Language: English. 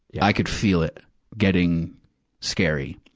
yeah i could feel it getting scary.